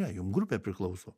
ne jum grupė priklauso